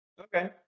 Okay